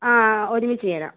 ആ ഒരുമിച്ചു തരാം